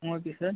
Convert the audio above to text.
ம் okay sir